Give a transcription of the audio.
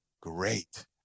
Great